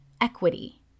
equity